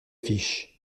affiches